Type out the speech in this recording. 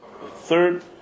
third